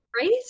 right